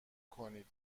کنید